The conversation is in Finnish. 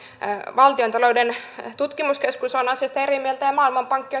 valtion taloudellinen tutkimuskeskus on asiasta eri mieltä ja maailmanpankki